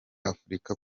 afurika